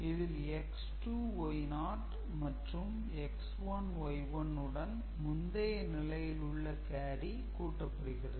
இதில் X2 Y0 மற்றும் X1 Y1 உடன் முந்தைய நிலையில் உள்ள கேரி கூட்டப்படுகிறது